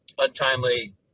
untimely